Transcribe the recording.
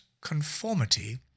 conformity